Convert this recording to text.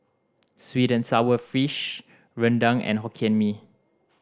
sweet and sour fish rendang and Hokkien Mee